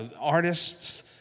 artists